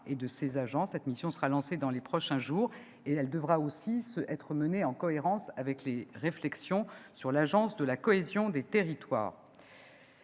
et de ses agents. Cette mission sera lancée dans les prochains jours et devra être menée en cohérence avec les réflexions en cours sur l'Agence de la cohésion des territoires.